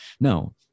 no